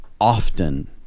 Often